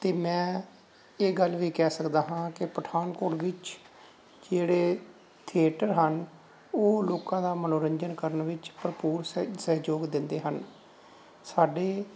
ਅਤੇ ਮੈਂ ਇਹ ਗੱਲ ਵੀ ਕਹਿ ਸਕਦਾ ਹਾਂ ਕਿ ਪਠਾਨਕੋਟ ਵਿੱਚ ਜਿਹੜੇ ਥੀਏਟਰ ਹਨ ਉਹ ਲੋਕਾਂ ਦਾ ਮਨੋਰੰਜਨ ਕਰਨ ਵਿੱਚ ਭਰਪੂਰ ਸਹਿ ਸਹਿਯੋਗ ਦਿੰਦੇ ਹਨ ਸਾਡੇ